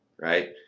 right